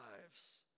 lives